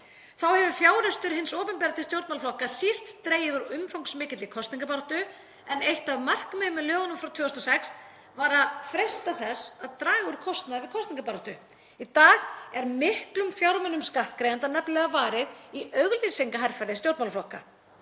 Þá hefur fjáraustur hins opinbera til stjórnmálaflokka síst dregið úr umfangsmikilli kosningabaráttu en eitt af markmiðum með lögunum frá 2006 var að freista þess að draga úr kostnaði við kosningabaráttu. Í dag er nefnilega miklum fjármunum skattgreiðenda varið í auglýsingaherferðir stjórnmálaflokka.